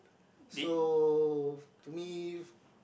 so to me